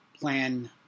plan